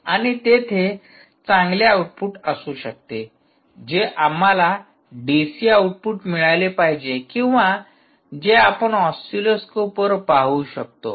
आणि तेथे चांगले आउटपुट असू शकते जे आम्हाला डीसी आउटपुट मिळाले पाहिजे किंवा जे आपण ऑसिलोस्कोपवर पाहू शकतो